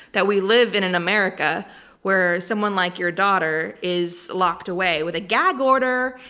that we live in an america where someone like your daughter is locked away with a gag order,